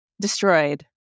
destroyed